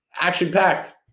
action-packed